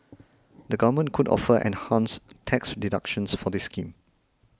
the government could offer enhanced tax deductions for this scheme